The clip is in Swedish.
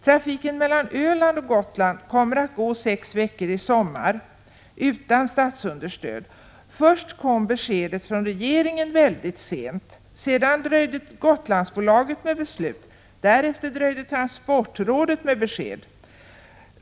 Trafiken mellan Öland och Gotland kommer att bedrivas sex veckor i sommar utan statsunderstöd. Först kom beskedet från regeringen mycket sent, sedan dröjde Gotlandsbolaget med besked, och därefter dröjde transportrådet med besked.